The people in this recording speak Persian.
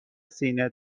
سینه